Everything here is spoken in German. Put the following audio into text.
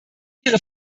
ihre